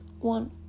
one